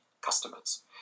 customers